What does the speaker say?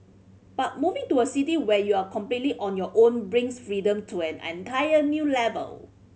but moving to a city where you're completely on your own brings freedom to an entire new level